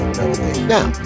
Now